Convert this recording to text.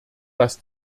dass